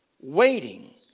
waiting